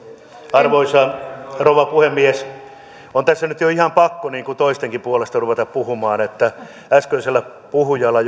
arvoisa rouva puhemies on tässä nyt jo ihan pakko toistenkin puolesta ruveta puhumaan äskeisellä puhujalla